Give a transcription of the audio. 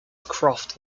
croft